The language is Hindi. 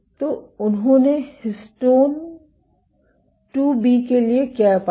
तो उन्होंने हिस्टोन 2 बी के लिए क्या पाया